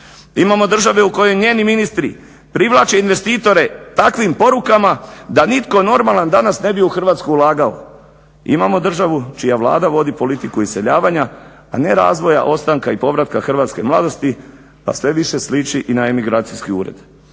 imamo države u kojoj njeni ministri privlače investitore takvim porukama da nitko normalan danas ne bi u Hrvatsku ulagao, imamo državu čija Vlada vodi politiku iseljavanja a ne razvoja ostanka i povratka hrvatske mladosti, a sve više sliči i na emigracijski ured.